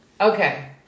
okay